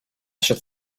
should